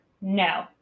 No